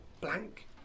Blank